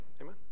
Amen